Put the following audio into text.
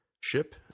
ship